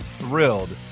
thrilled